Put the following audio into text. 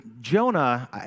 Jonah